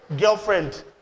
girlfriend